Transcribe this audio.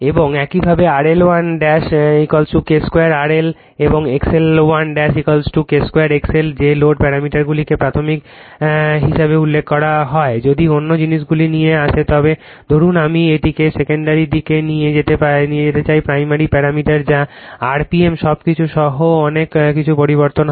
এবং একইভাবে R L 1 K 2 R L এবং X L1 K 2 X L যে লোড প্যারামিটারগুলিকে প্রাথমিক হিসাবে উল্লেখ করা হয়। যদি অন্য জিনিসগুলি নিয়ে আসে তবে ধরুন আমি এটিকে সেকেন্ডারি দিকে নিয়ে যেতে চাই প্রাইমারি প্যারামিটার যা rpm সবকিছু সহ অনেক কিছু পরিবর্তন হবে